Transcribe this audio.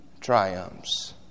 triumphs